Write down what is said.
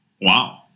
Wow